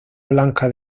blanca